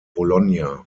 bologna